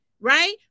right